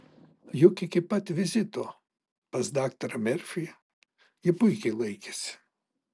juk iki pat vizito pas daktarą merfį ji puikiai laikėsi